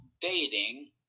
dating